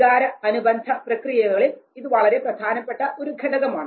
വികാര അനുബന്ധ പ്രക്രിയകളിൽ ഇത് വളരെ പ്രധാനപ്പെട്ട ഒരു ഘടകമാണ്